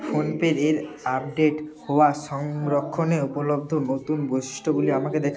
ফোনপের এর আপডেট হওয়া সংরক্ষণে উপলব্ধ নতুন বৈশিষ্ট্যগুলি আমাকে দেখাও